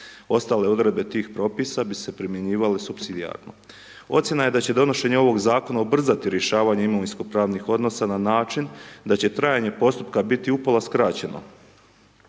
Ostale odredbe tih propisa bi se primjenjivale supsidijarno. Ocjena je da će donošenje ovog zakona ubrzati rješavanje imovinsko-pravnih odnosa na način da će trajanje postupka biti upola skraćeno.